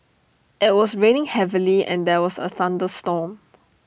IT was raining heavily and there was A thunderstorm